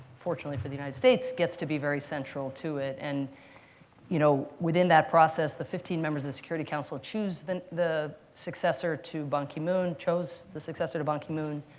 fortunately for the united states gets to be very central to it. and you know within that process, the fifteen members of the security council choose the the successor to ban ki-moon, chose the successor to ban ki-moon.